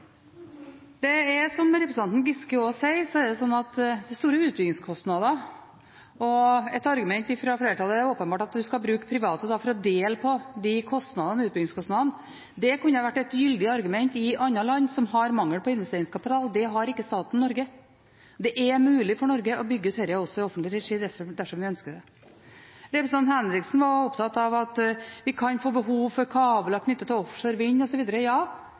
de utbyggingskostnadene. Det kunne vært et gyldig argument i land som har mangel på investeringskapital. Det har ikke staten Norge. Det er mulig for Norge å bygge ut dette i offentlig regi, dersom vi ønsker det. Representanten Henriksen var opptatt av at vi kan få behov for kabler knyttet til offshorevind osv. Ja,